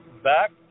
Back